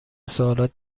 سوالات